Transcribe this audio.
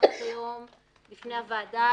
תודה שבאת,